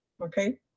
Okay